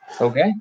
Okay